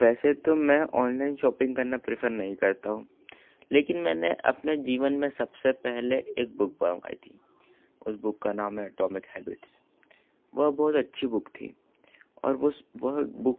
वैसे तो मैं ऑनलाइन शॉपिंग करना प्रेफर नहीं करता हूँ लेकिन मैंने अपने जीवन में सबसे पहले एक बुक बा मंगाई थी उस बुक का नाम है एटोमिक हैबिट्स वह बहुत अच्छी बुक थी और उस वह बुक